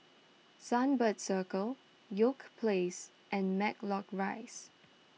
Sunbird Circle York Place and Matlock Rise